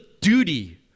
duty